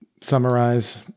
summarize